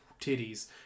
titties